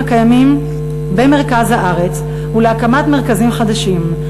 הקיימים במרכז הארץ ולהקמת מרכזים חדשים.